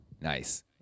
nice